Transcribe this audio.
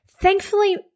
Thankfully